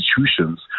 institutions